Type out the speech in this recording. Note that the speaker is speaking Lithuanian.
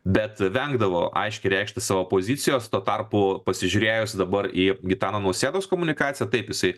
bet vengdavo aiškiai reikšti savo pozicijos tuo tarpu pasižiūrėjus dabar į gitano nausėdos komunikaciją taip jisai